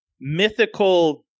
mythical